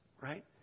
right